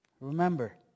Remember